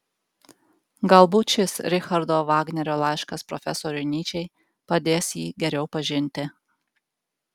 galbūt šis richardo vagnerio laiškas profesoriui nyčei padės jį geriau pažinti